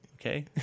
Okay